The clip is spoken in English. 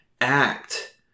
act